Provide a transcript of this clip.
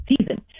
season